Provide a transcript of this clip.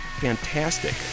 fantastic